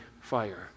fire